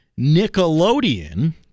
Nickelodeon